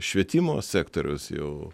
švietimo sektorius jau